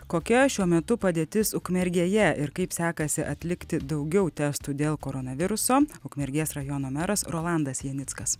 kokia šiuo metu padėtis ukmergėje ir kaip sekasi atlikti daugiau testų dėl koronaviruso ukmergės rajono meras rolandas janickas